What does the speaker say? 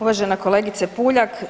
Uvažena kolegice Puljak.